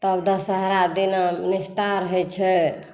तब दशहरा दिना निस्तार होइ छै